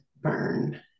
Burn